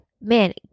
man